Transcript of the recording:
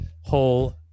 whole